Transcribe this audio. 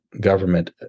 government